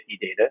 data